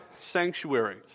sanctuary